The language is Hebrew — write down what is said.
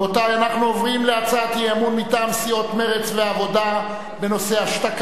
אנחנו עוברים להצעת האי-אמון מטעם סיעות מרצ והעבודה בנושא: השתקה,